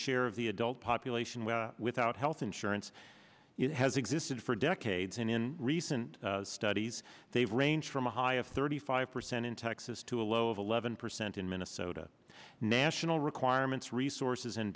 share of the adult population without health insurance it has existed for decades and in recent studies they range from a high of thirty five percent in texas to a low of eleven percent in minnesota national requirements resources